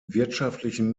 wirtschaftlichen